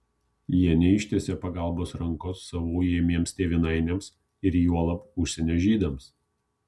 jie neištiesė pagalbos rankos savo ujamiems tėvynainiams ir juolab užsienio žydams